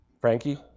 Frankie